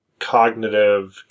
cognitive